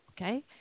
Okay